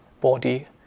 body